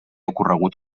ocorregut